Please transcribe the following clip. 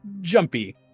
jumpy